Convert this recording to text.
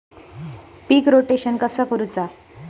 पीक rotation कसा करूचा?